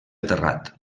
terrat